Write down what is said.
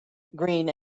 green